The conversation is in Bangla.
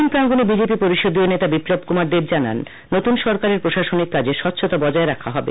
রাজভবন প্রাঙ্গণে বিজেপি পরিষদীয় নেতা বিপ্লব কুমার দেব জানান নতুন সরকারের প্রশাসনিক কাজে স্বচ্ছতা বজায় রাখা হবে